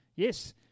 Yes